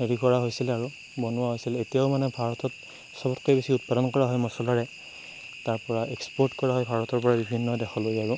হেৰি কৰা হৈছিলে আৰু বনোৱা হৈছিলে এতিয়াও মানে ভাৰতত সবতকৈ বেছি উৎপাদন কৰা হয় মছলাৰে তাৰপৰা এক্সপৰ্ট কৰা হয় ভাৰতৰ পৰা বিভিন্ন দেশলৈ আৰু